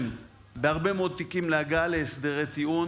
בהרבה מאוד תיקים זה גורם להגעה להסדרי טיעון